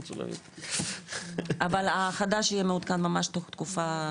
אבל החדש יהיה מעודכן ממש לתקופה